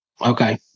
Okay